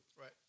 Right